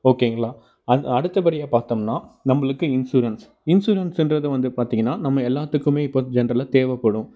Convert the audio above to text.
ஓகேங்களா அந் அடுத்தபடியாக பார்த்தோம்னா நம்பளுக்கு இன்சூரன்ஸ் இன்சூரன்ஸுன்றது வந்து பார்த்தீங்கன்னா நம்ம எல்லாத்துக்குமே இப்போ ஜென்ரலாக தேவைப்படும்